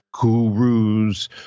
gurus